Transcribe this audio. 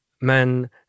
men